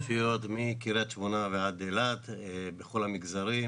יש לנו רשויות מקריית שמונה ועד אילת בכל המגזרים